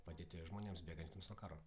padėti žmonėms bėgantiems nuo karo